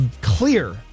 clear